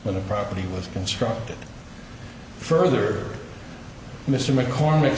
when the property was constructed further mr mccormick